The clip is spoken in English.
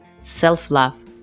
Self-Love